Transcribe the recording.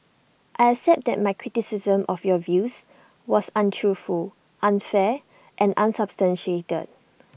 I accept that my criticism of your views was untruthful unfair and unsubstantiated